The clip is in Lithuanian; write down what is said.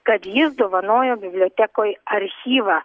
kad jis dovanojo bibliotekoj archyvą